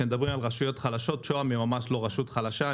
שמדברים על רשויות חלשות שוהם היא ממש לא רשות חלשה,